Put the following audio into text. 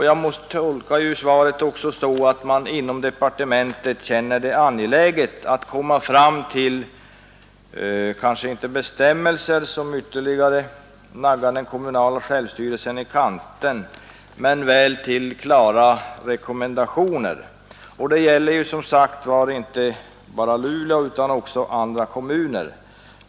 Jag tolkar också svaret så, att man inom departementet anser det angeläget att komma fram kanske inte till bestämmelser som ytterligare naggar den kommunala självstyrelsen i kanten men väl till klara rekommendationer. Det gäller som sagt inte bara Luleå utan också andra kommuner.